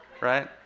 right